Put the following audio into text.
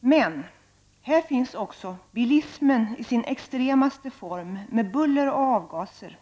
Men här finns också bilismen i sin extremaste form med buller och avgaser.